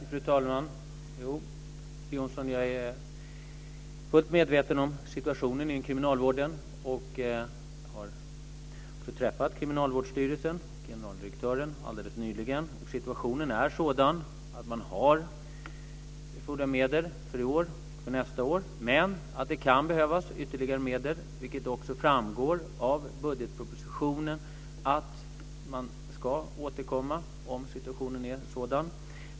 Fru talman! Jag är fullt medveten om situationen inom kriminalvården, Jeppe Johnsson. Jag har också nyligen träffat generaldirektören på Kriminalvårdsstyrelsen. Situationen är sådan att styrelsen har erforderliga medel för i år och nästa år. Men det kan behövas ytterligare medel, och det framgår av budgetpropositionen att man ska återkomma om situationen är sådan.